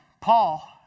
Paul